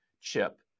chip